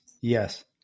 yes